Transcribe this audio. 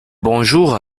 bonjour